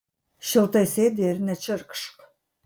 šiltai sėdi ir nečirkšk